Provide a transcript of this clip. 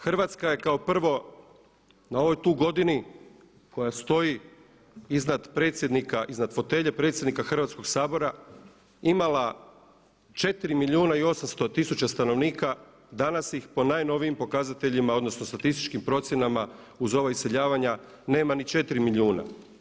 Hrvatska je kao prvo na ovoj tu godini koja stoji iznad predsjednika, iznad fotelje predsjednika Hrvatskog sabora imala 4 milijuna i 800 tisuća stanovnika, danas ih po najnovijim pokazateljima odnosno statističkim procjenama uz ova iseljavanja nema ni 4 milijuna.